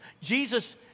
Jesus